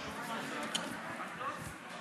יש לך עשר דקות בדיוק.